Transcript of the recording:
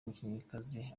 umukinnyikazi